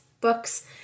books